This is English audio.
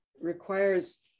requires